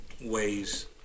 ways